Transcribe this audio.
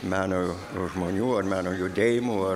meno žmonių ar meno judėjimų ar